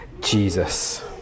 Jesus